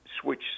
switch